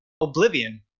Oblivion